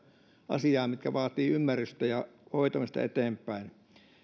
asiaa mitkä vaativat ymmärrystä ja hoitamista eteenpäin